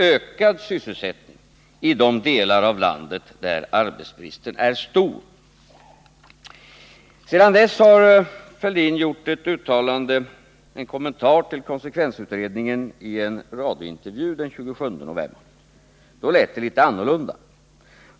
ökad sysselsättning i de delar av landet där arbetsbristen är stor. Sedan dess har Thorbjörn Fälldin gjort ett nytt uttalande. Det var en kommentar till konsekvensutredningen i en radiointervju den 27 november. Men då lät det litet annorlunda.